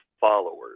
followers